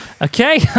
Okay